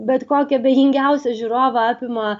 bet kokį abejingiausią žiūrovą apima